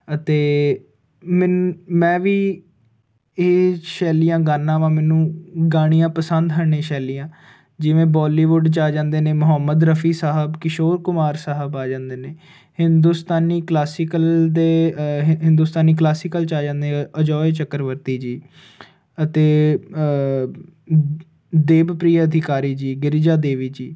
ਅਤੇ ਮੈਨ ਮੈਂ ਵੀ ਇਹ ਸੈਲੀਆਂ ਗਾਨਾ ਵਾ ਮੈਨੂੰ ਗਾਣੀਆਂ ਪਸੰਦ ਨੇ ਸ਼ੈਲੀਆਂ ਜਿਵੇਂ ਬੋਲੀਵੁੱਡ ਚ ਆ ਜਾਂਦੇ ਨੇ ਮੁਹੰਮਦ ਰਫੀ ਸਾਹਿਬ ਕਿਸ਼ੋਰ ਕੁਮਾਰ ਸਾਹਿਬ ਆ ਜਾਂਦੇ ਨੇ ਹਿੰਦੁਸਤਾਨੀ ਕਲਾਸੀਕਲ ਦੇ ਹਿੰਦੁਸਤਾਨੀ ਕਲਾਸੀਕਲ ਚ ਆ ਜਾਂਦੇ ਅਜੇ ਚੱਕਰਵਰਤੀ ਜੀ ਅਤੇ ਦੇਵ ਪ੍ਰਿਆਧਿਕਾਰੀ ਜੀ ਗਿਰਿਜਾ ਦੇਵੀ ਜੀ